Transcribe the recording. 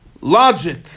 logic